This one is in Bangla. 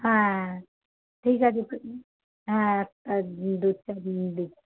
হ্যাঁ ঠিক আছে পাঁচ মিনিট হ্যাঁ একটা দুধের চা দিয়ে দেবো